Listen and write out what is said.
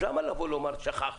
אז למה לבוא ולומר שהוא שכח?